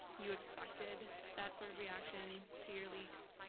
you expected that sort of reaction to your leaks,